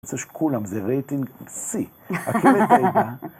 צריך שכולם זה רייטינג שיא, הכי...